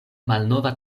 malnova